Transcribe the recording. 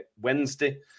Wednesday